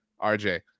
RJ